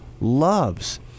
loves